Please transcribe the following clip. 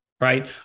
right